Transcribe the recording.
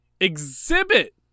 exhibit